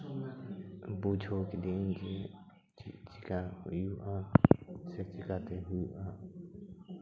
ᱵᱩᱡᱷᱟᱹᱣ ᱠᱤᱫᱟᱹᱧ ᱡᱮ ᱪᱮᱫ ᱪᱤᱠᱟᱹ ᱦᱩᱭᱩᱜᱼᱟ ᱥᱮ ᱪᱤᱠᱟᱹᱛᱮ ᱦᱩᱭᱩᱜᱼᱟ